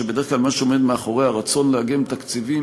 שבדרך כלל מה שעומד מאחוריה הוא רצון לאגם תקציבים,